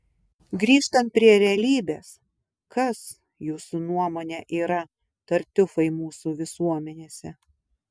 grįžtant prie realybės kas jūsų nuomone yra tartiufai mūsų visuomenėse